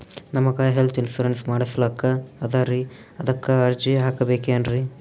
ನಮಗ health insurance ಮಾಡಸ್ಲಾಕ ಅದರಿ ಅದಕ್ಕ ಅರ್ಜಿ ಹಾಕಬಕೇನ್ರಿ?